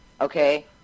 okay